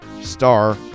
star